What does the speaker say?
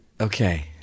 Okay